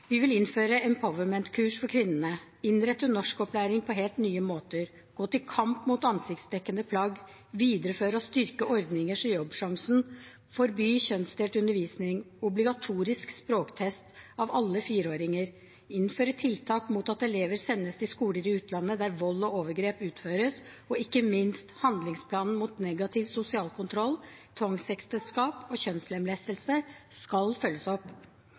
Vi vil innføre empowerment-kurs for kvinnene, innrette norskopplæringen på helt nye måter, gå til kamp mot ansiktsdekkende plagg, videreføre og styrke ordninger som Jobbsjansen, forby kjønnsdelt undervisning, ha obligatorisk språktest av alle fireåringer, innføre tiltak mot at elever sendes til skoler i utlandet der vold og overgrep utføres, og ikke minst at handlingsplanen mot negativ sosial kontroll, tvangsekteskap og kjønnslemlestelse skal følges opp.